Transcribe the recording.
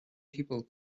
people